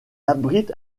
abrite